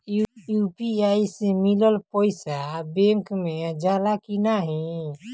UPI से मिलल पईसा बैंक मे जाला की नाहीं?